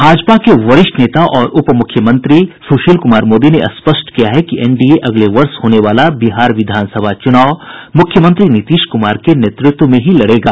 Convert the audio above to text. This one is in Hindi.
भाजपा के वरिष्ठ नेता और उप मुख्यमंत्री सुशील कुमार मोदी ने स्पष्ट किया है कि एनडीए अगले वर्ष होने वाला बिहार विधानसभा चुनाव मुख्यमंत्री नीतीश कुमार के नेतृत्व में ही लड़ेगा